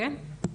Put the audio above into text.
כן.